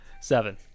Seven